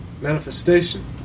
Manifestation